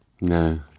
No